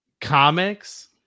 Comics